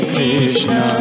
Krishna